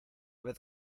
vez